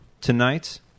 tonight